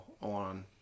on